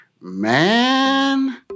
man